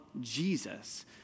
Jesus